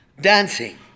dancing